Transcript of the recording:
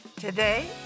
today